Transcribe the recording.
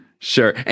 Sure